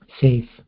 safe